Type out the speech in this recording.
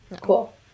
Cool